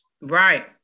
Right